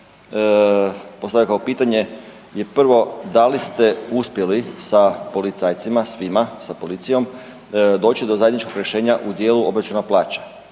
vam postavio kao pitanje je prvo da li ste uspjeli sa policajcima svima, sa policijom doći do zajedničkog rješenja u dijelu obračuna plaća?